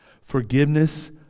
Forgiveness